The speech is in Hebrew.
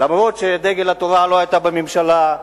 אף-על-פי שדגל התורה לא היתה בממשלה,